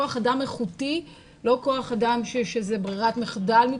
כוח אדם איכותי ולא כוח אדם שמבחינתו זאת ברירת מחדל.